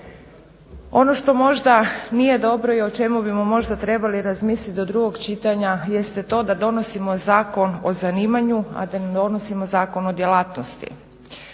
Ono što možda nije dobro i o čemu bismo morali trebali razmisliti do drugog čitanja jeste to da donosimo Zakon o zanimanju, a da ne donosimo Zakon o djelatnosti,